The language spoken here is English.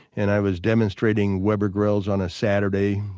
and i was demonstrating weber grills on a saturday.